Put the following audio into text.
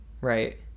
right